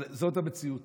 אבל זאת המציאות.